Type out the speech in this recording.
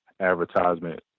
advertisement